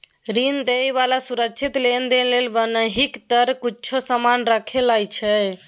ऋण दइ बला सुरक्षित लेनदेन लेल बन्हकी तरे किछ समान राखि लइ छै